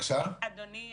אדוני הנציב,